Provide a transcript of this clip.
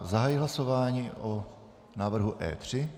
Zahajuji hlasování o návrhu E3.